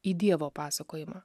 į dievo pasakojimą